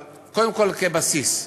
אבל קודם כול, כבסיס,